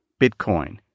Bitcoin